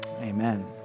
amen